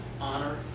Honor